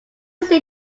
seen